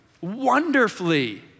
wonderfully